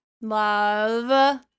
Love